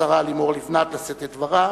השרה לימור לבנת, לשאת את דברה,